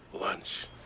lunch